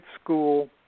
school